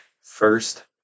first